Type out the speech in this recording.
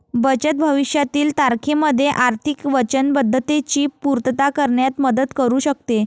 बचत भविष्यातील तारखेमध्ये आर्थिक वचनबद्धतेची पूर्तता करण्यात मदत करू शकते